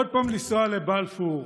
עוד פעם לנסוע לבלפור,